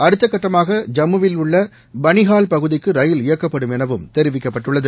அடுத்தகட்டமாக ஜம்முவில் உள்ள பனிஹால் பகுதிக்கு ரயில் இயக்கப்படும் எனவும் தெரிவிக்கப்பட்டுள்ளது